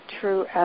true